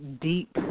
deep